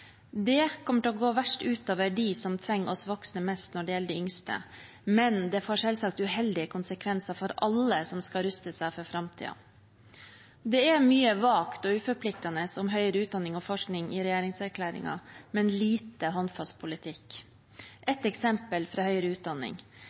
Det kommer til å gå verst ut over de som trenger oss voksne mest når det gjelder de yngste, men det får selvsagt uheldige konsekvenser for alle som skal ruste seg for framtiden. Det er mye vagt og uforpliktende om høyere utdanning og forskning i regjeringserklæringen, men lite